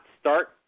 start